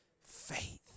Faith